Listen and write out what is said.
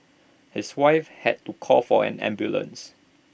his wife had to call for an ambulance